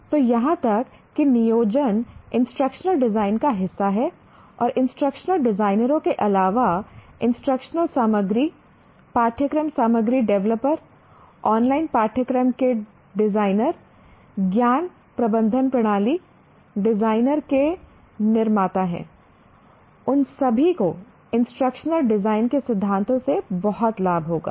तो यहां तक कि नियोजन इंस्ट्रक्शनल डिजाइन का हिस्सा है और इंस्ट्रक्शनल डिजाइनरों के अलावा इंस्ट्रक्शनल सामग्री पाठ्यक्रम सामग्री डेवलपर् ऑनलाइन पाठ्यक्रम के डिजाइनर ज्ञान प्रबंधन प्रणाली डिजाइनर के निर्माता हैं उन सभी को इंस्ट्रक्शनल डिजाइन के सिद्धांतों से बहुत लाभ होगा